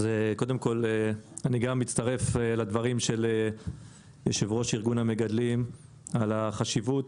קודם כל אני גם מצטרף לדברים של יושב ראש ארגון המגדלים על החשיבות